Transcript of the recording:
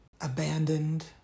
abandoned